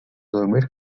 dormir